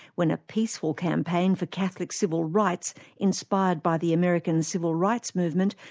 when a peaceful campaign for catholic civil rights inspired by the american civil rights movement,